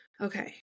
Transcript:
Okay